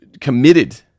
committed